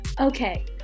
Okay